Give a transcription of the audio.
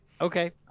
Okay